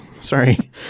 sorry